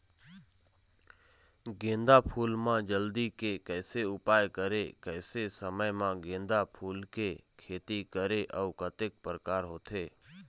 गेंदा फूल मा जल्दी के कैसे उपाय करें कैसे समय मा गेंदा फूल के खेती करें अउ कतेक प्रकार होथे?